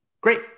Great